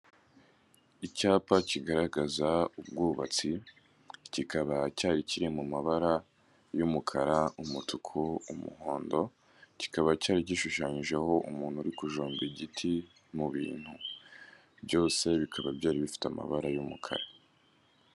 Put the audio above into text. Icyapa kigaragaza ubwubatsi, kikaba cyari kiri mu mabara y'umukara, umutuku, umuhondo, kikaba cyari gishushanyijeho umuntu uri kujomba igiti mu bintu, byose bikaba byari bifite amabara y'umukara.